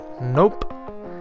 Nope